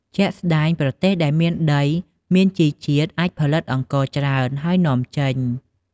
ជាក់ស្តែង ប្រទេសដែលមានដីមានជីជាតិអាច ផលិតអង្ករច្រើន ហើយនាំចេញ។